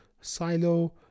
Silo